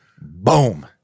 boom